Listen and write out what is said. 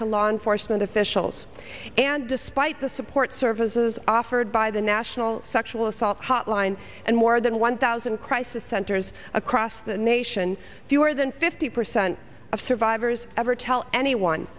to law enforcement officials and despite the support services offered by the national sexual assault hotline and more than one thousand crisis centers across the nation fewer than fifty percent of survivors ever tell anyone